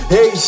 Hey